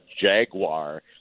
jaguar